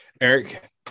Eric